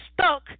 stuck